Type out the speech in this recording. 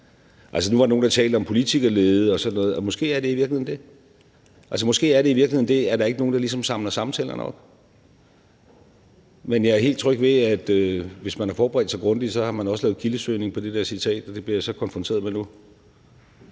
Nu var der nogle, der talte om politikerlede og sådan noget, og måske er det i virkeligheden det. Måske er det i virkeligheden det, at der ikke er nogen, der ligesom samler samtalerne op. Men jeg er helt tryg ved, at hvis man har forberedt sig grundigt, så har man også lavet kildesøgning på det der citat, og det bliver jeg så konfronteret med nu.